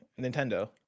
nintendo